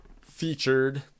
featured